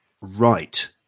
Right